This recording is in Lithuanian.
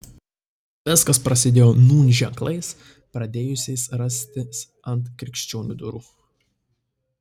viskas prasidėjo nūn ženklais pradėjusiais rastis ant krikščionių durų